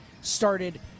started